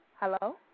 Hello